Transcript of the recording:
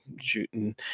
shooting